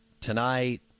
tonight